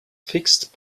fixed